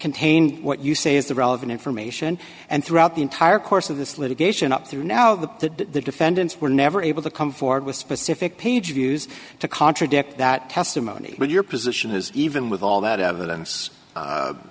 contain what you say is the relevant information and throughout the entire course of this litigation up through now the that the defendants were never able to come forward with specific page views to contradict that testimony but your position is even with all that evidence